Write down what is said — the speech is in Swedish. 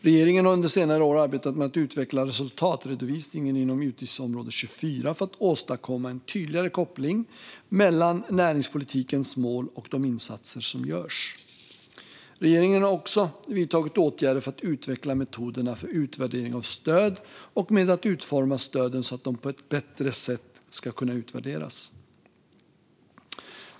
Regeringen har under senare år arbetat med att utveckla resultatredovisningen inom utgiftsområde 24 för att åstadkomma en tydligare koppling mellan näringspolitikens mål och de insatser som görs. Regeringen har också vidtagit åtgärder för att utveckla metoderna för utvärdering av stöd och med att utforma stöden så att de på ett bättre sätt ska kunna utvärderas.